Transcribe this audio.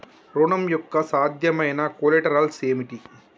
ఋణం యొక్క సాధ్యమైన కొలేటరల్స్ ఏమిటి?